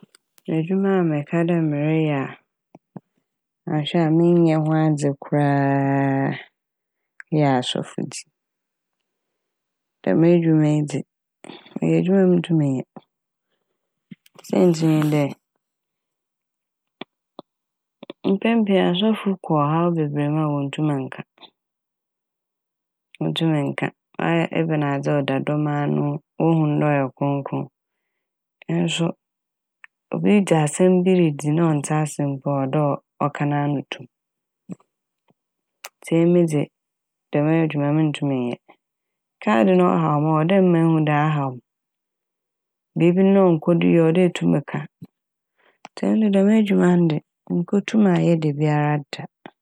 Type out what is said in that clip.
Edwuma a meka dɛ mereyɛ a annhwɛ a minnya ho adze koraaa yɛ asɔfodzi. Dɛm edwuma yi dze ɔyɛ edwuma a menntum nnyɛ saintsir nye dɛ mpɛn pii asɔfo kɔ haw bebree mu a wonntum nnka wonntum nnka wɔay- ebɛnadze a ɔda dɔm ano, wohun dɛ ɔyɛ krɔnkrɔn nso obi dze asɛm bi ridzi n' na ɔnntse ase mpo a ɔwɔ dɛ ɔ- ɔka n'ano to m' ntsi emi dze dɛm edwuma yi munntum nnyɛ. Ka ade na ɔhaw me a ɔwɔ mema ehu dɛ ahaw m', biibi nyi na ɔnnkɔdo yie a ɔwɔ dɛ etum ka ntsi ɛno de dɛm edwuma no de munnkotum ayɛ dabiara da.